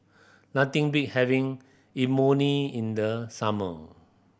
nothing beat having Imoni in the summer